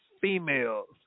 females